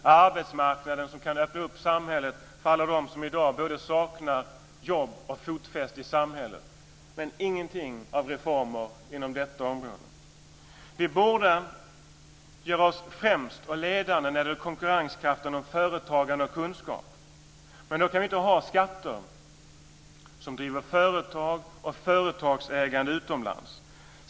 Arbetsmarknaden kan öppna upp samhället för alla dem som i dag både saknar jobb och fotfäste i samhället, men det finns inga reformer inom detta område. Vi borde göra oss främst och ledande i konkurrensen om företagande och kunskap. Men då kan vi inte ha skatter som driver företag och företagsägande utomlands.